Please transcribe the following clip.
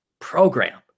program